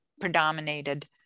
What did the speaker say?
predominated